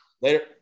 Later